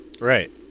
Right